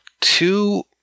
two –